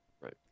Right